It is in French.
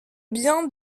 bien